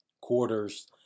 quarters